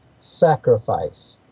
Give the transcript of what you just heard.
sacrifice